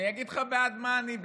אני אגיד לך בעד מה אני,